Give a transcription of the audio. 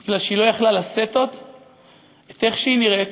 כי היא לא הייתה יכולה לשאת עוד את איך שהיא נראית,